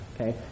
Okay